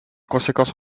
conséquences